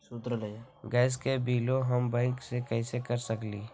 Gas के बिलों हम बैंक से कैसे कर सकली?